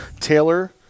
Taylor